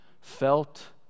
Felt